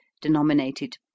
denominated